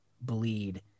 bleed